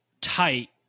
tight